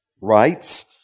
rights